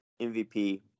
MVP